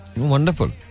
Wonderful